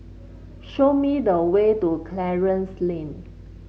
show me the way to Clarence Lane